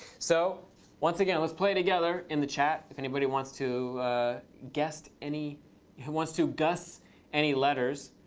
so once again, let's play together in the chat if anybody wants to guest any wants to gust any letters.